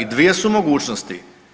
I dvije su mogućnosti.